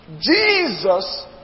Jesus